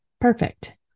perfect